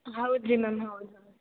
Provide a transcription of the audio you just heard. ಹೌದು ರೀ ಮ್ಯಾಮ್ ಹೌದು ಹೌದು